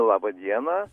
labą dieną